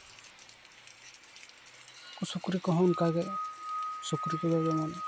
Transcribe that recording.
ᱥᱩᱠᱨᱤ ᱠᱚᱦᱚᱸ ᱚᱱᱠᱟᱜᱮ ᱥᱩᱠᱨᱤ ᱠᱚᱫᱚ ᱡᱮᱢᱚᱱ